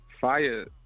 fire